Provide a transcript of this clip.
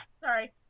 Sorry